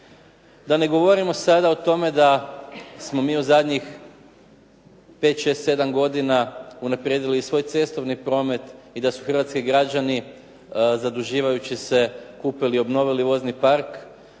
Da ne govorimo sada o tome da smo mi u zadnjih 5, 6, 7 godina unaprijedili i svoj cestovni promet i da su hrvatski građani zaduživajući se kupili i obnovili vozni park,